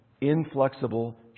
inflexible